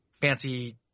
fancy